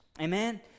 Amen